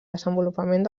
desenvolupament